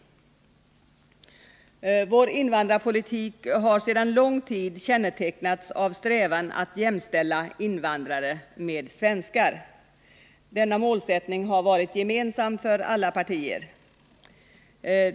Vår invandrarpolitik har sedan lång tid kännetecknats av strävan att jämställa invandrare med svenskar. Denna målsättning har varit gemensam för alla partier.